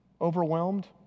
Overwhelmed